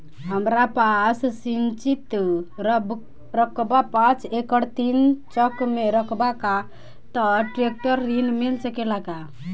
हमरा पास सिंचित रकबा पांच एकड़ तीन चक में रकबा बा त ट्रेक्टर ऋण मिल सकेला का?